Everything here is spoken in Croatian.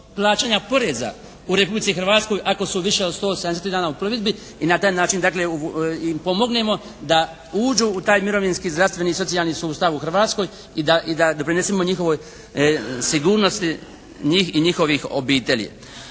plaćanja poreza u Republici Hrvatskoj ako su više od 173 dana u plovidbi i na taj način dakle im pomognemo da uđu u taj mirovinski i zdravstveni i socijalni sustav u Hrvatskoj i da doprinesemo njihovoj sigurnosti njih i njihovih obitelji.